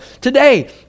today